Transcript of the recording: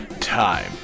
time